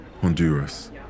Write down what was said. Honduras